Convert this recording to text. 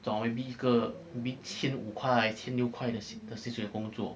找 maybe 一个 maybe 千五块千六的新水的工作